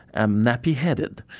i'm nappy-headed.